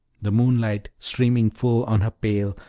the moonlight streaming full on her pale,